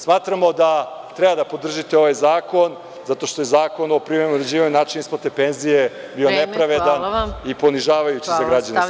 Smatramo da treba da podržite ovaj zakon, zato što je Zakon o privremenom uređivanju načina isplate penzije je nepravedan i ponižavajući za građane Srbije.